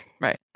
Right